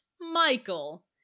Michael